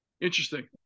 Interesting